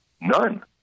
None